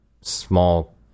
small